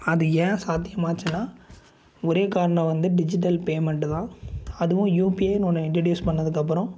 அது ஏன் சாத்தியம் ஆச்சுன்னா ஒரே காரணம் வந்து டிஜிட்டல் பேமெண்டு தான் அதுவும் யுபிஐன்னு ஒன்று இன்டிட்யூஸ் பண்ணதுக்கு அப்புறம்